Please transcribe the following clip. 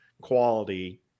quality